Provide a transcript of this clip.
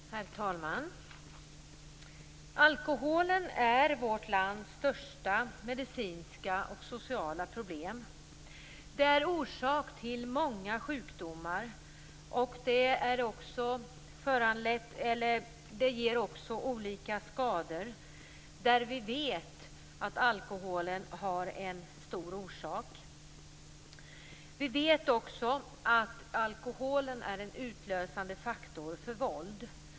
Herr talman! Alkoholen är vårt lands största medicinska och sociala problem. Den är orsak till många sjukdomar. Den ger också olika skador där vi vet att alkoholen är en viktig orsak. Vi vet också att alkoholen är en utlösande faktor vid våld.